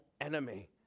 enemy